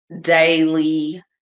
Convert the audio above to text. daily